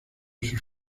sus